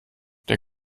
der